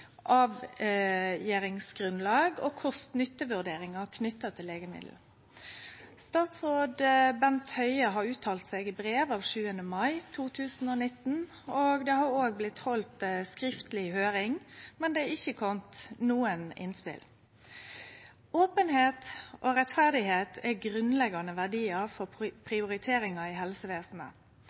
Statens legemiddelverk og kost–nytte-vurderingar knytte til nye legemiddel. Statsråd Bent Høie har uttalt seg i brev av 7. mai 2019. Det har òg blitt halde skriftleg høyring, men det har ikkje kome nokon innspel. Openheit og rettferd er grunnleggjande verdiar for prioriteringar i helsevesenet.